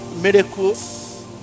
miracles